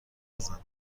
نزن